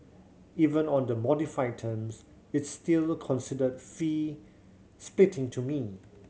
even on the modified terms it's still considered fee spitting to me